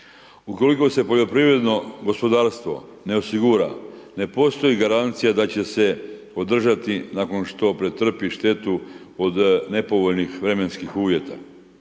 Ukoliko se poljoprivredno gospodarstva ne osigura ne postoji garancija da će se održati nakon što pretrpi štetu od nepovoljnih vremenskih uvjeta,